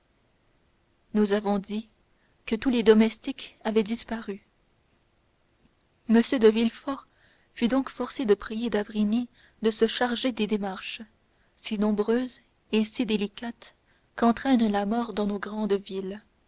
nous avons dit que tous les domestiques avaient disparu m de villefort fut donc forcé de prier d'avrigny de se charger des démarches si nombreuses et si délicates qu'entraîne la mort dans nos grandes villes